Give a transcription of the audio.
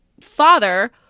father